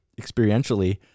experientially